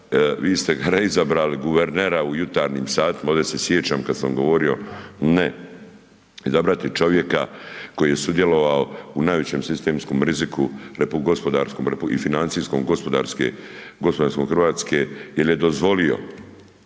vi ste ga reizabrali, guvernera u jutarnjim satima, ovdje se sjećam kada sam govorio ne izabrati čovjeka koji je sudjelovao u najvećem sistemskom riziku …/Govornik se ne razumije/…gospodarskom i financijskom